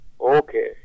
Okay